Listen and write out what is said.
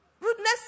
Rudeness